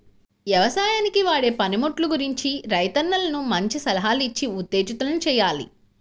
యవసాయానికి వాడే పనిముట్లు గురించి రైతన్నలను మంచి సలహాలిచ్చి ఉత్తేజితుల్ని చెయ్యాలి